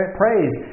praise